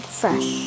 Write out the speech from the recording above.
fresh